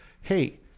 hey